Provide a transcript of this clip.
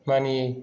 मानियै